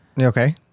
Okay